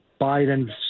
Biden